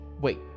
Wait